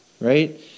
right